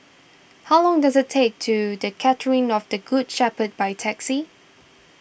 how long does it take to the Cathedral of the Good Shepherd by taxi